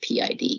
pid